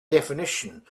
definition